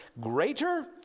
greater